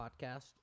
podcast